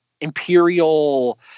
Imperial –